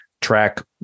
track